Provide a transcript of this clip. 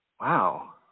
Wow